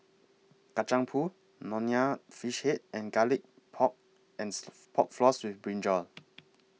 Kacang Pool Nonya Fish Head and Garlic Pork and Pork Floss with Brinjal